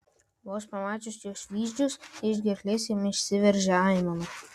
vos pamačius jos vyzdžius iš gerklės jam išsiveržė aimana